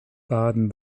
baden